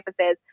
campuses